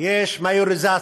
יש מיוריזציה,